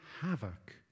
havoc